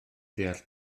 deall